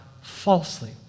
falsely